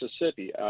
Mississippi